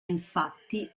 infatti